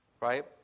right